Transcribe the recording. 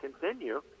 continue